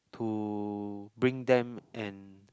to bring them and